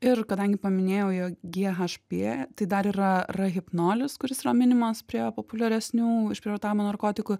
ir kadangi paminėjau jog ghb tai dar yra rahipnolis kuris yra minimas prie populiaresnių išprievartavimo narkotikų